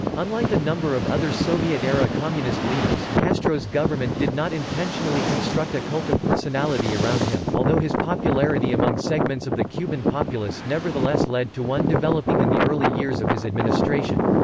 unlike a number of other soviet-era communist leaders, castro's government did not intentionally construct a cult of personality around him, although his popularity among segments of the cuban populace nevertheless led to one developing in the early years of his administration.